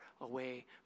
away